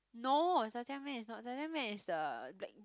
no zha jiang mian is not zha jiang mian is the black